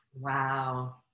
Wow